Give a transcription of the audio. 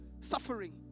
suffering